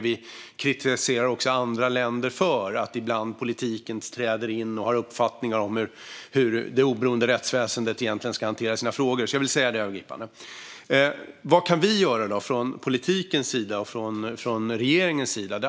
Vi kritiserar andra länder för att politiken träder in och har uppfattningar om hur det oberoende rättsväsendet ska hantera sina frågor. Jag vill övergripande säga det. Vad kan vi göra från politikens sida och från regeringen?